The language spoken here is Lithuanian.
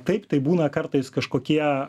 taip tai būna kartais kažkokie